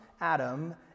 Adam